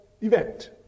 event